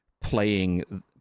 playing